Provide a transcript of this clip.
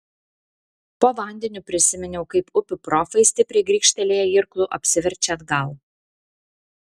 po vandeniu prisiminiau kaip upių profai stipriai grybštelėję irklu apsiverčia atgal